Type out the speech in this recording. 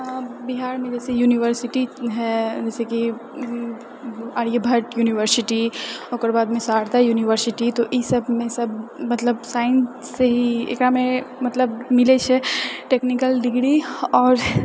बिहारमे जैसे यूनिवर्सिटी हइ जैसे कि आर्यभट्ट यूनिवर्सिटी ओकर बादमे शारदा यूनिवर्सिटी तो ई सबमे सब मतलब साइंस से ही एकरामे मतलब मिलैत छै टेक्निकल डिग्री आओर